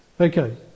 Okay